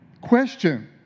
Question